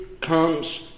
comes